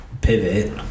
Pivot